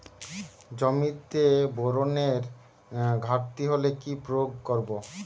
জমিতে বোরনের ঘাটতি হলে কি প্রয়োগ করব?